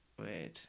wait